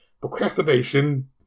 procrastination